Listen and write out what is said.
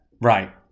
Right